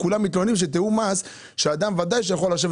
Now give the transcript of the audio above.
כולם מתלוננים שתיאום מס שאדם ודאי שאדם יכול לשבת